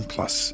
Plus